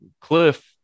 cliff